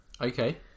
okay